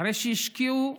אחרי שהשקיעו משאבים,